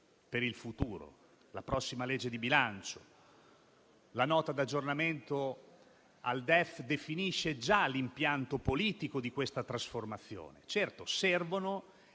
per il futuro. Vi è la prossima legge di bilancio. La Nota di aggiornamento al DEF definisce già l'impianto politico di questa trasformazione. Certo, servono